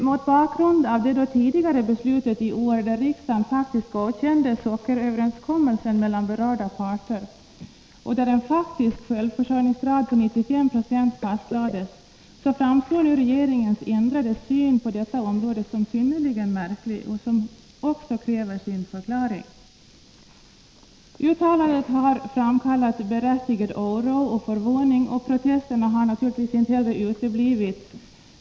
Mot bakgrund av det tidigare beslutet i år, där riksdagen godkände sockeröverenskommelsen mellan berörda parter och där en faktisk självförsörjningsgrad på 95 96 fastlades, framstår regeringens ändrade syn på detta område som synnerligen märklig. Den kräver därför sin förklaring. Uttalandet har framkallat berättigad oro och förvåning, och protesterna har inte heller uteblivit.